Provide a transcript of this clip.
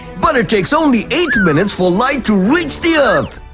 but it takes only eight minutes for light to reach the earth!